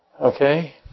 Okay